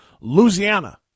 Louisiana